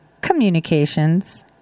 Communications